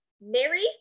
Mary